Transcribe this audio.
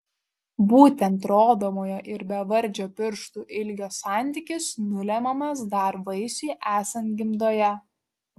būtent rodomojo ir bevardžio pirštų ilgio santykis nulemiamas dar vaisiui esant gimdoje